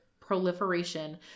proliferation